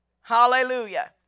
Hallelujah